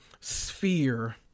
sphere